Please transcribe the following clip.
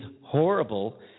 horrible